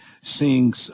seeing